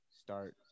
start